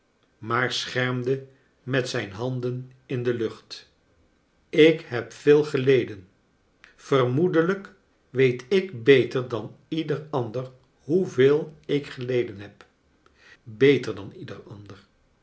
maar schermde met zijn handen in de lucht ik heb veel geleden vermoedelijk weet ik beter dan ieder ander hoeveel ik geleden heb beter dan ieder ander